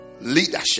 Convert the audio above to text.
leadership